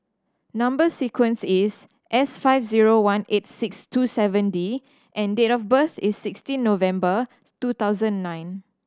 number sequence is S five zero one eight six two seven D and date of birth is sixteen November two thousand nine